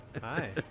Hi